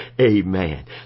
Amen